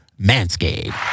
Manscaped